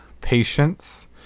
patience